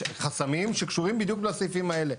חסמים שקשורים בדיוק לסעיפים האלה.